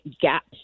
gaps